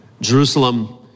Jerusalem